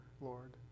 Lord